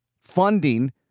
funding